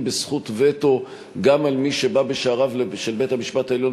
בזכות וטו גם על מי שבא בשעריו של בית-המשפט העליון